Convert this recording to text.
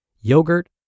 yogurt